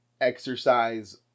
exercise